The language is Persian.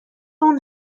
اون